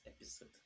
episode